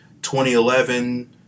2011